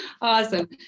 Awesome